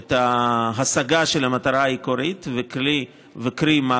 את ההשגה של המטרה העיקרית, קרי מעקב